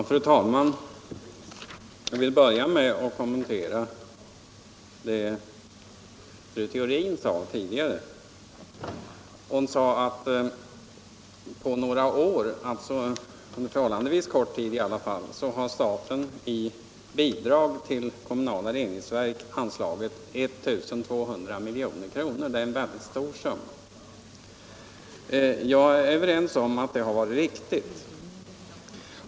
Fru talman! Jag vill börja med att kommentera det fru Theorin sade tidigare, nämligen att staten på några år — dvs. under förhållandevis kort tid — i bidrag till kommunala reningsverk har anslagit 1200 milj.kr. Det är en mycket stor summa. Jag är ense med henne om att det varit riktigt.